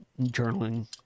journaling